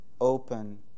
open